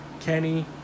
Kenny